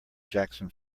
jackson